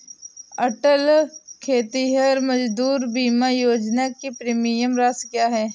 अटल खेतिहर मजदूर बीमा योजना की प्रीमियम राशि क्या है?